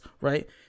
right